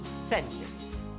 Sentence